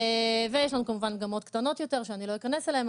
יש לנו כמובן מגמות קטנות יותר שאני לא אכנס אליהן,